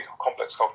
complex